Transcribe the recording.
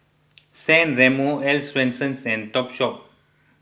San Remo Earl's Swensens and Topshop